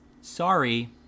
sorry